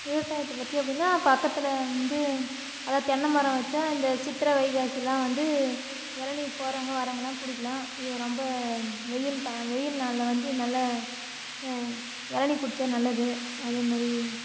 விவசாயத்தை பற்றி அப்படின்னா பக்கத்தில் வந்து அதாது தென்னை மரம் வச்சால் அந்த சித்திரை வைகாசிலாம் வந்து இளநீர் போகிறவங்க வரவங்கலாம் குடிக்கலாம் இது ரொம்ப வெயில் டைம் வெயில் நாளில் வந்து நல்ல இளநீ குடிச்சால் நல்லது அதே மாதிரி